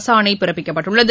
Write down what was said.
அரசாணை பிறப்பிக்கப்பட்டுள்ளது